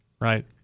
Right